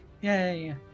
Yay